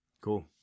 cool